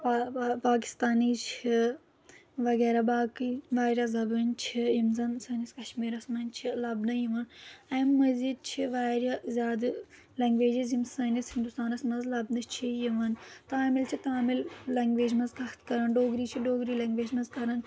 پاکِستانی چھِ وغیرہ باقٕے واریاہ زبٲنۍ چھِ یِم زَن سٲنِس کشمیٖرَس منٛز چھِ لَبنہٕ یِوان اَمہِ مٔزیٖد چھِ واریاہ زیادٕ لنٛگویجِز یِم سٲنِس ہِنٛدوستانَس منٛز لَبنہٕ چھِ یِوان تامِل چھِ تامِل لنٛگویج منٛز کَتھ کَران ڈوگری چھِ ڈوگری لنٛگویج منٛز کران